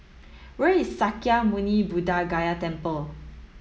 where is Sakya Muni Buddha Gaya Temple